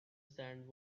sand